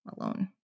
alone